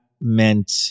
meant